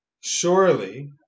Surely